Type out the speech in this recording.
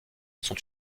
sont